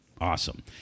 Awesome